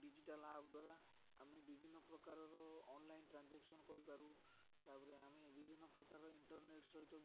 digital app ଦ୍ୱାରା ଆମେ ବିଭିନ୍ନ ପ୍ରକାରର ଅନ୍ଲାଇନ୍ ଟ୍ରାଞ୍ଜେକ୍ସନ୍ କରିପାରୁ ତାପରେ ଆମେ ବିଭିନ୍ନ ପ୍ରକାର ଇଣ୍ଟରନେଟ୍ ସହିତ